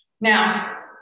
now